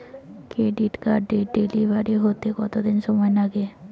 Credit কার্ডের delivery হতে কতদিন সময় লাগে?